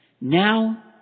Now